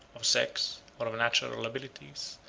of sex, or of natural abilities,